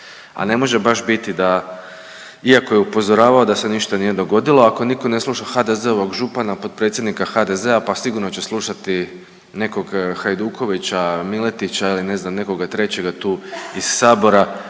a ne može baš biti da iako je upozoravao da se ništa nije dogodilo, ako nitko ne sluša HDZ-ovog župana potpredsjednika HDZ-a pa sigurno će slušati nekog Hajdukovića, Miletića ili ne znam nekoga treća tu iz sabora